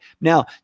now